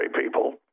people